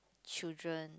children